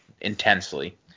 intensely